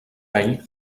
any